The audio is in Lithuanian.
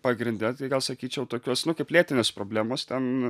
pagrinde tai gal sakyčiau tokios nu kaip lėtinės problemos ten